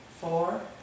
four